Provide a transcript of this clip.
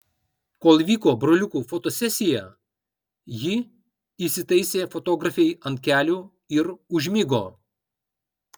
kol vyko broliukų fotosesija ji įsitaisė fotografei ant kelių ir užmigo